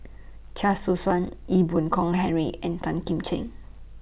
Chia Choo Suan Ee Boon Kong Henry and Tan Kim Seng